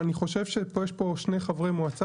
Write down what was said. אני חושב שפה יש פה שני חברי מועצה